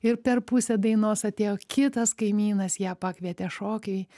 ir per pusę dainos atėjo kitas kaimynas ją pakvietė šokiui